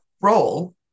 role